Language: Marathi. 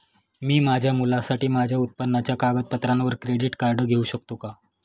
मी माझ्या मुलासाठी माझ्या उत्पन्नाच्या कागदपत्रांवर क्रेडिट कार्ड घेऊ शकतो का?